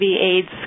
AIDS